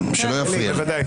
בוודאי.